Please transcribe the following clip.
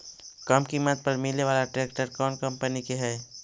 कम किमत पर मिले बाला ट्रैक्टर कौन कंपनी के है?